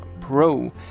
Pro